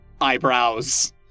eyebrows